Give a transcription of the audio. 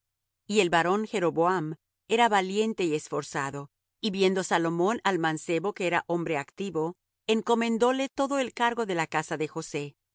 y el varón jeroboam era valiente y esforzado y viendo salomón al mancebo que era hombre activo encomendóle todo el cargo de la casa de josé